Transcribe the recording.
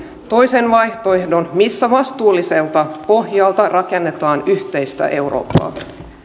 toisen vaihtoehdon missä vastuulliselta pohjalta rakennetaan yhteistä eurooppaa